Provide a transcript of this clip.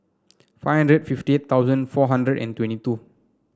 five hundred fifty eight thousand four hundred and twenty two